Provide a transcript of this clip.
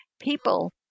people